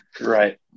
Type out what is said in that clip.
right